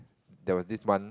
there was this one